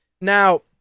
Now